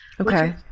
Okay